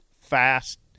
fast